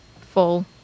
full